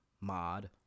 mod